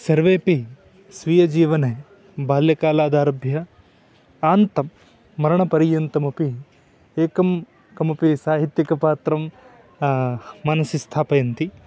सर्वेपि स्वीयजीवने बाल्यकालादारभ्य अन्तं मरणपर्यन्तमपि एकं किमपि साहित्यिकपात्रं मनसि स्थापयन्ति